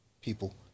people